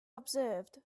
observed